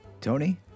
Tony